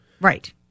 Right